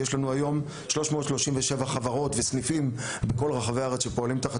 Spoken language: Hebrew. יש לנו היום 337 חברות וסניפים בכל רחבי הארץ שפועלים תחת